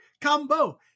combo